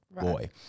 boy